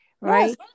right